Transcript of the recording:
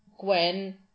Gwen